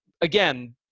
again